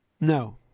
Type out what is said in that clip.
No